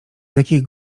jakich